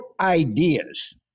ideas